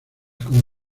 como